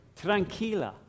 tranquila